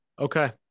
Okay